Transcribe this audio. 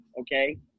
okay